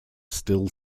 still